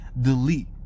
delete